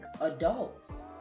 adults